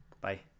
Bye